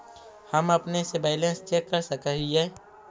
हम अपने से बैलेंस चेक कर सक हिए?